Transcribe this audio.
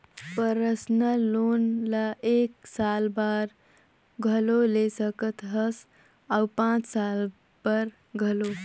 personal loan ल एक साल बर घलो ले सकत हस अउ पाँच साल बर घलो